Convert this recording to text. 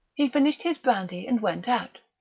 he finished his brandy and went out.